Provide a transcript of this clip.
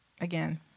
again